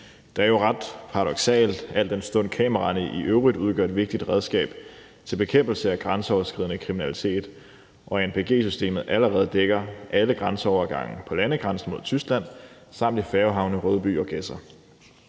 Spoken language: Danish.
Det er jo paradoksalt, al den stund at kameraerne i øvrigt udgør et vigtigt redskab til bekæmpelse af grænseoverskridende kriminalitet og anpg-systemet allerede dækker alle grænseovergange på landegrænsen mod Tyskland samt færgehavnene i Rødby og Gedser.